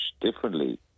differently